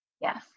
yes